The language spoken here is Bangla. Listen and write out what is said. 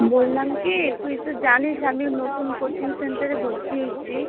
বললাম কী তুই তো জানিস আমি নতুন কোচিং সেন্টারে ভর্তি হয়েছি